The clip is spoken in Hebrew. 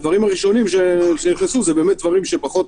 הדברים הראשונים שנכנסו פחות